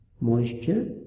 moisture